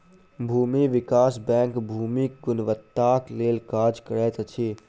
भूमि विकास बैंक भूमिक गुणवत्ताक लेल काज करैत अछि